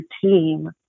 team